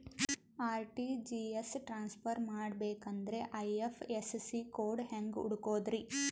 RTGS transfer ಮಾಡಬೇಕೆಂದರೆ IFSC code ಹೆಂಗ್ ಹುಡುಕೋದ್ರಿ?